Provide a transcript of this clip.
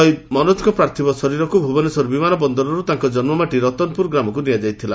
ଶହୀଦ ମନୋଜଙ୍କ ପାର୍ଥିବ ଶରୀରକୁ ଭୁବନେଶ୍ୱର ବିମାନ ବନ୍ଦରରୁ ତାଙ୍ ଜନ୍କମାଟି ରତନପୁର ଗ୍ରାମକୁ ନିଆଯାଇଥିଲା